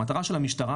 המטרה של המשטרה